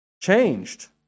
changed